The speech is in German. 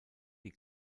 die